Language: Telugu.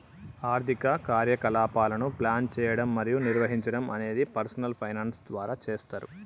ఆర్థిక కార్యకలాపాలను ప్లాన్ చేయడం మరియు నిర్వహించడం అనేది పర్సనల్ ఫైనాన్స్ ద్వారా చేస్తరు